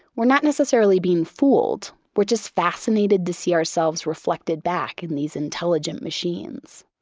we're not necessarily being fooled, we're just fascinated to see ourselves reflected back in these intelligent machines.